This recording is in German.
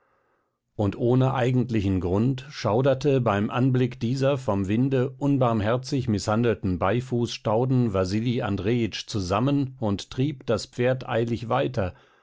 und ohne eigentlichen grund schauderte beim anblicke dieser vom winde unbarmherzig mißhandelten beifußstauden wasili andrejitsch zusammen und trieb eilig das pferd weiter